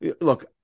look